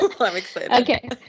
Okay